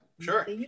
sure